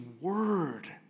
word